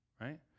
right